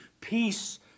peace